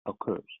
occurs